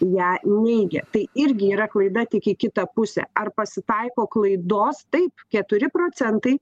ją neigia tai irgi yra klaida tik į kitą pusę ar pasitaiko klaidos tai keturi procentai